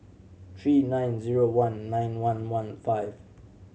three nine zero one nine one one five